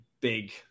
big